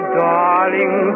darling